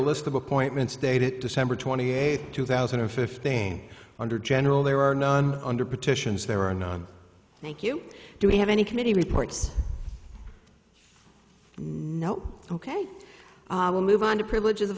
list of appointments dated december twenty eighth two thousand and fifteen under general there are none under petitions there are not thank you do we have any committee reports ok i will move on to privilege of